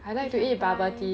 you can buy